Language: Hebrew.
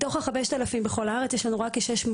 מתוך ה-5000 בכל הארץ יש לנו רק כ-600